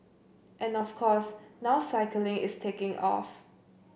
and of course now cycling is taking off